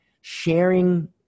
sharing